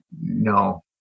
No